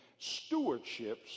stewardships